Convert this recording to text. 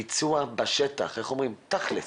ביצוע בשטח, איך אומרים תכלס.